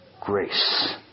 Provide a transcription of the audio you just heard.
grace